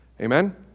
Amen